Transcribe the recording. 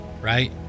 right